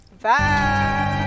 Bye